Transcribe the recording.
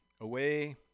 Away